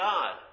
God